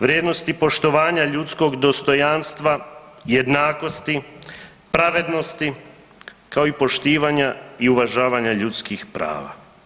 Vrijednosti poštovanja ljudskog dostojanstva, jednakosti, pravednosti kao i poštivanja i uvažavanja ljudskih prava.